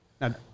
Now